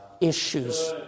issues